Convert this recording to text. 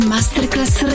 Masterclass